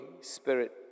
Spirit